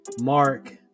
Mark